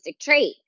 trait